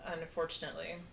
unfortunately